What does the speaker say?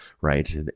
right